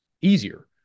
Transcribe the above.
easier